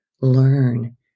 learn